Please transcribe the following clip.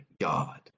God